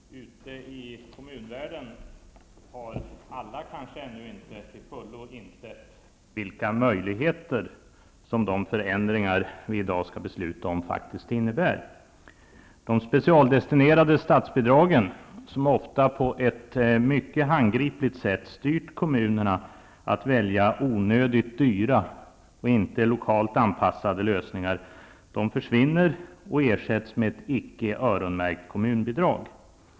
Herr talman! Ute i kommunvärlden har alla kanske ännu inte till fullo insett vilka möjligheter som de förändringar vi i dag skall besluta om faktiskt innebär. De specialdestinerade statsbidragen, som ofta på ett mycket handgripligt sätt styrt kommunerna att välja onödigt dyra och icke lokalt anpassade lösningar, försvinner och ersätts med ett icke öronmärkt kommunbidrag.